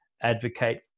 advocate